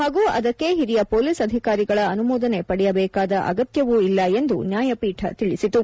ಹಾಗೂ ಅದಕ್ಕೆ ಹಿರಿಯ ಪೊಲೀಸ್ ಅಧಿಕಾರಿಗಳ ಅನುಮೋದನೆ ಪಡೆಯಬೇಕಾದ ಅಗತ್ತವೂ ಇಲ್ಲ ಎಂದು ನ್ಯಾಯಪೀಠ ತಿಳಿಸಿತು